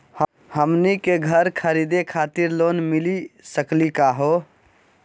हमनी के घर खरीदै खातिर लोन मिली सकली का हो?